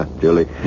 Julie